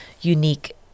unique